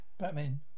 Batman